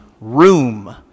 room